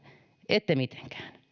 ette